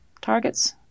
targets